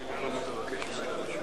חבר הכנסת יריב לוין, בבקשה.